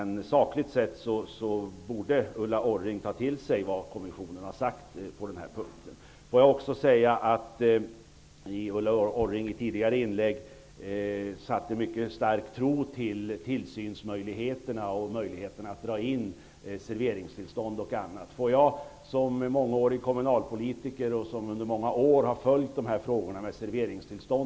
Sakligt sett borde Ulla Orring ta till sig vad kommissionen har sagt på den här punkten. I ett tidigare inlägg satte Ulla Orring en mycket stark tilltro till tillsynsmöjligheterna och möjligheterna att t.ex. dra in serveringstillstånd. I många år har jag som kommunalpolitiker följt frågorna om serveringstillstånden.